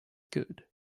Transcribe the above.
good